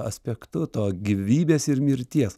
aspektu to gyvybės ir mirties